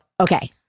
okay